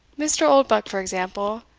mr. oldbuck, for example,